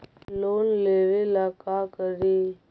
Loan लेबे ला का करि?